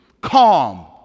calm